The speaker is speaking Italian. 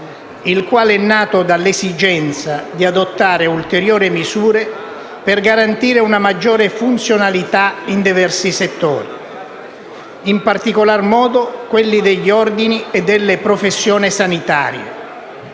il quale è nato dall'esigenza di adottare ulteriori misure per garantire una maggiore funzionalità in diversi settori, in particolar modo quelli degli ordini e delle professioni sanitarie,